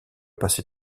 passé